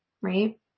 Right